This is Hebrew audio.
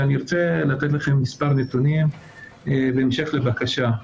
ואני רוצה לתת לכם מספר נתונים בהמשך לבקשה.